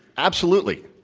absolutely.